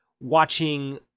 watching